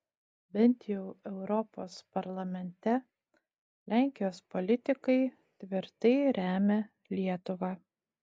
bent jau europos parlamente lenkijos politikai tvirtai remia lietuvą